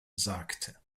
sagte